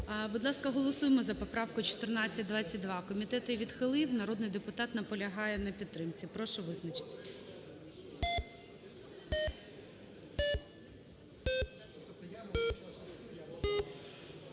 Будь ласка, голосуємо за поправку 1422. Комітет її відхилив. Народний депутат наполягає на підтримці. Прошу визначитись.